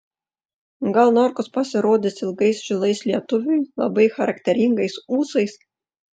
gal norkus pasirodys ilgais žilais lietuviui labai charakteringais ūsais